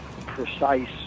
precise